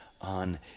on